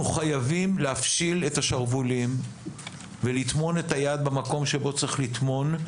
אנחנו חייבים להפשיל את השרוולים ולטמון את היד במקום שבו צריך לטמון,